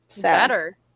Better